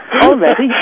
Already